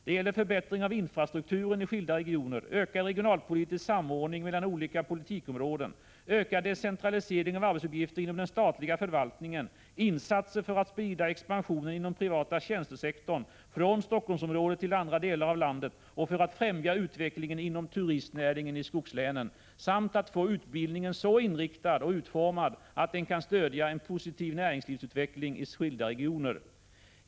Det gäller förbättring av infrastrukturen i skilda regioner, ökad regionalpolitisk samordning mellan olika politikområden, ökad decentralisering av arbetsuppgifter inom den statliga förvaltningen, insatser för att sprida expansionen inom den privata tjänstesektorn från Helsingforssområdet till andra delar av landet och för att främja utvecklingen inom turistnäringen i skogslänen samt att få utbildningen så inriktad och utformad att den kan stödja en positiv näringslivsutveckling i skilda regioner.